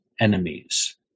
enemies